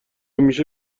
میشه